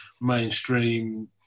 mainstream